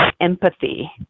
empathy